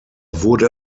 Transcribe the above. wurde